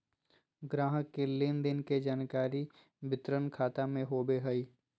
ग्राहक के लेन देन के जानकारी वितरण खाता में होबो हइ